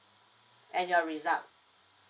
and your result